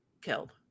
killed